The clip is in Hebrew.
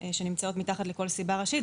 שנמצאות מתחת לכל סיבה ראשית,